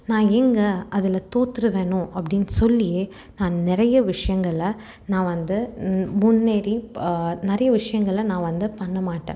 நான் எங்கே அதில் தோத்துடுவேனோ அப்படின்னு சொல்லியே நான் நிறைய விஷயங்களை நான் வந்து முன்னேறி பா நிறைய விஷயங்களை நான் வந்து பண்ணமாட்டேன்